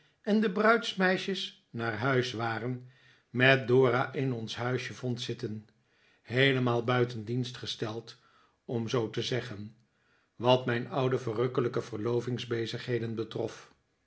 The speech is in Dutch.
en de bruidsmeisjes naar huis waren met dora in ons huisje vond zitten heelemaal buiten dienst gesteld om zoo te zeggen wat mijn oude verrukkelijke verlovings bezigheden betrof